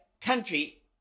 country